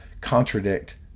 contradict